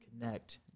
connect